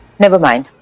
never mind.